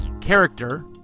character